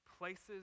Places